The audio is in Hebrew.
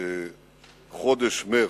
חודש מרס,